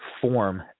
form